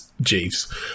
Jeeves